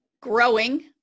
growing